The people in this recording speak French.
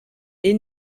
est